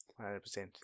100%